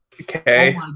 Okay